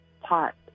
pot